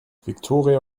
viktoria